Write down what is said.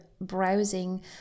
browsing